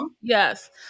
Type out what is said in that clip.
yes